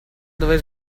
dove